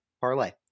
parlay